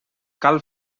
cal